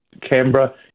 Canberra